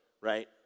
right